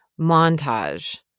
Montage